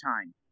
time